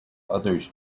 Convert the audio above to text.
others